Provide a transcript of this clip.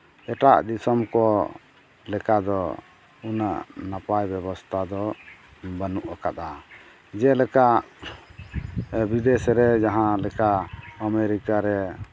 ᱮᱴᱟᱜ ᱫᱤᱥᱚᱢ ᱠᱚ ᱞᱮᱠᱟ ᱫᱚ ᱩᱱᱟᱹᱜ ᱱᱟᱯᱟᱭ ᱵᱮᱵᱚᱥᱛᱷᱟ ᱫᱚ ᱵᱟᱹᱱᱩᱜ ᱟᱠᱟᱫᱟ ᱡᱮᱞᱮᱠᱟ ᱵᱤᱫᱮᱥ ᱨᱮ ᱡᱟᱦᱟᱸ ᱞᱮᱠᱟ ᱟᱢᱮᱨᱤᱠᱟ ᱨᱮ